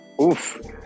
Oof